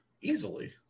Easily